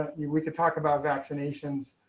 we we can talk about vaccinations.